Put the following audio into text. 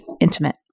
intimate